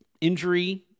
injury